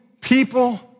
people